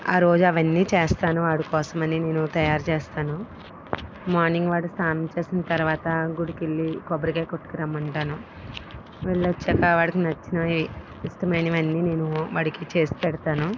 ఆ రోజు అవన్నీ చేస్తాను వాడి కోసం అని నేను తయారు చేస్తాను మార్నింగ్ వాడు స్నానం చేసిన తర్వాత గుడికి వెళ్ళి కొబ్బరికాయ కొట్టుకు రమ్మంటాను వెళ్ళి వచ్చాకా వాడికి నచ్చినవి ఇష్టమైనవి అన్నీ నేను వాడికి చేసిపెడతాను